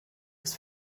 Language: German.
ist